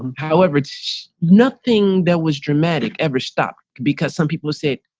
however, it's nothing that was dramatic ever stop, because some people say,